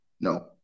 No